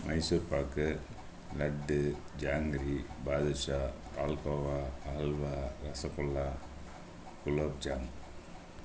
Mysore pak laddu jangiri badusha palkova halwa rasgulla gulab jamun